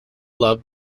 love